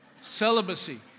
celibacy